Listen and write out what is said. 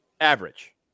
Average